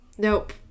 nope